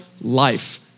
life